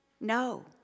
No